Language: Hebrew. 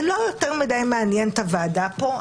זה לא יותר מדי מעניין את הוועדה פה,